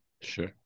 Sure